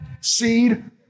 seed